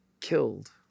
killed